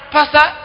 Pastor